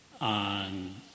on